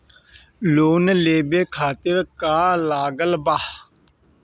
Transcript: Loan लेवे खातिर का का लागत ब?